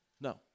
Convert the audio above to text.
no